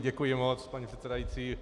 Děkuji moc, paní předsedající.